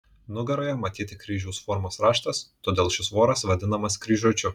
nugaroje matyti kryžiaus formos raštas todėl šis voras vadinamas kryžiuočiu